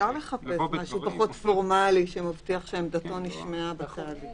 אפשר לחפש משהו פחות פורמלי שמבטיח שעמדתו נשמעה בתהליך.